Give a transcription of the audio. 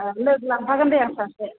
औ लोगो लांफागोन दे आं सासे